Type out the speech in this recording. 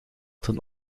ten